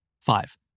Five